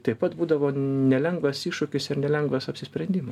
taip pat būdavo nelengvas iššūkis ir nelengvas apsisprendimas